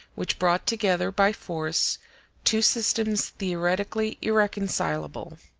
which brought together by force two systems theoretically irreconcilable.